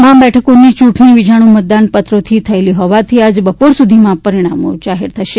તમામ બેઠકોની ચૂંટણી વીજાણુ મતદાન પત્રોથી થયેલ હોવાથી આજે બપોર સુધીમાં પરિણામો જાહેર થશે